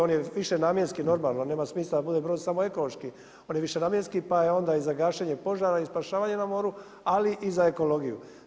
On je višenamjenski normalno, nema smisla da bude brod samo ekološki, on je višenamjenski pa je onda i za gašenje požara i spašavanje na moru, ali i za ekologiju.